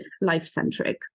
life-centric